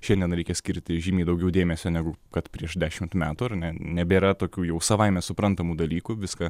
šiandien reikia skirti žymiai daugiau dėmesio negu kad prieš dešimt metų ar ne nebėra tokių jau savaime suprantamų dalykų viską